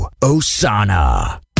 Osana